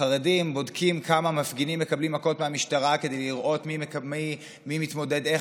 חרדים בודקים כמה מפגינים מקבלים מכות מהמשטרה כדי לראות מי מתמודד איך,